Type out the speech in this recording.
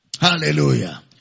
Hallelujah